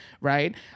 Right